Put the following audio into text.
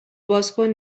بازکن